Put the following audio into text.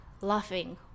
laughing